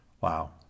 Wow